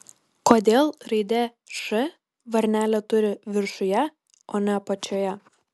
kodėl raidė š varnelę turi viršuje o ne apačioje